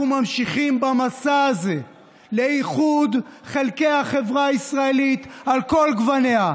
אנחנו ממשיכים במסע הזה לאיחוד חלקי החברה הישראלית על כל גווניה.